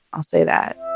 i'll say that.